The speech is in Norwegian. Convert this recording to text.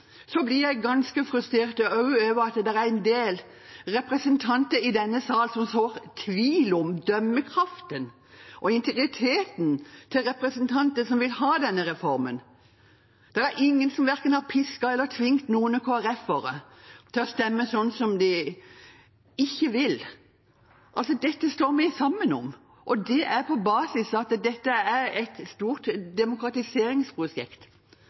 blir jeg ganske frustrert over at det er en del representanter i denne sal som sår tvil om dømmekraften og integriteten til representanter som vil ha denne reformen. Det er ingen som verken har pisket eller tvunget noen KrF-ere til å stemme slik de ikke vil. Dette står vi sammen om, og det er på basis av at dette er et stort demokratiseringsprosjekt.